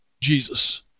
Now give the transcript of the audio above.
Jesus